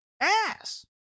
ass